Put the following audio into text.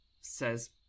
says